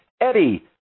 Eddie